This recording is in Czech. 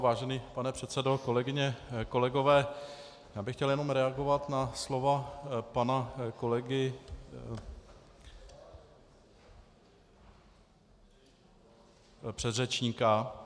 Vážený pane předsedo, kolegyně, kolegové, chtěl bych jenom reagovat na slova pana kolegy předřečníka.